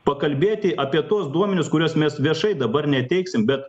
pakalbėti apie tuos duomenis kuriuos mes viešai dabar neteiksim bet